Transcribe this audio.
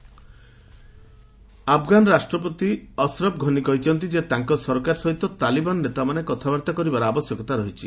Afghan president Afghan ରାଷ୍ଟ୍ରପତି ଅସ୍ରଫ ଘନୀ କହିଛନ୍ତି ଯେ ତାଙ୍କ ସରକାର ସହିତ ତାଲିବାନ ନେତାମାନେ କଥାବାର୍ତ୍ତା କରିବାର ଆବଶ୍ୟକତା ରହିଛି